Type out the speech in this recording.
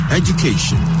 education